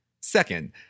Second